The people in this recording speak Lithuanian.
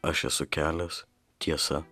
aš esu kelias tiesa